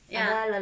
ya